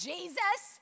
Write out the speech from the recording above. Jesus